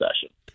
session